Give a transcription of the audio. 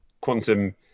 quantum